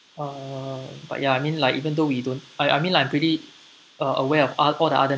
uh but ya I mean like even though we don't I mean like I'm pretty uh aware of oth~ all the other